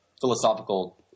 philosophical